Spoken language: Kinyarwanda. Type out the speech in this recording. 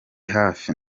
hafi